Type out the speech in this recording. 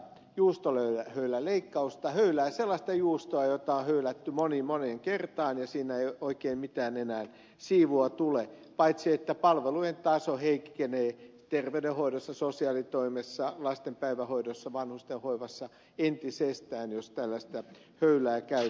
ne höyläävät sellaista juustoa jota on höylätty moneen moneen kertaan ja josta ei oikein enää mitään siivua tule paitsi että palvelujen taso heikkenee terveydenhoidossa sosiaalitoimessa lasten päivähoidossa vanhusten hoivassa entisestään jos tällaista höylää käytetään